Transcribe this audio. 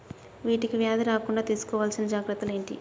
వీటికి వ్యాధి రాకుండా తీసుకోవాల్సిన జాగ్రత్తలు ఏంటియి?